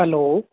hello